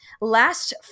last